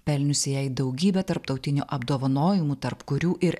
pelniusi jai daugybę tarptautinių apdovanojimų tarp kurių ir